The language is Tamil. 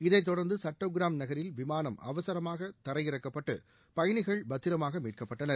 இதை தொடர்ந்து சட்டோகிராம் நகரில் விமானம் அவசரமாக விமானம் தரையிறக்கப்பட்டு பயணிகள் பத்திராமாக மீட்கப்பட்டனர்